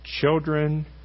children